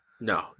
No